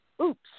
Oops